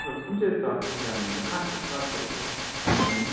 तपाईँहरू कुन चाहिँ चर्च चाहिँ जानु हुन्छ कहाँ छ चर्च चाहिँ यसो कालिम्पोङमा